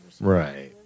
Right